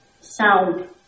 sound